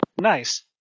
Nice